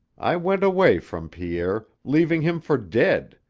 i went away from pierre, leaving him for dead,